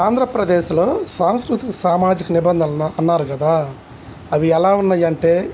ఆంధ్రప్రదేశ్లో సాంస్కృతిక సామాజిక నిబంధనలు అన్నారు కదా అవి ఎలా ఉన్నాయంటే